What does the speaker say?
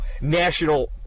national